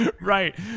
Right